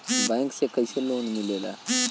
Bank से कइसे loan मिलेला?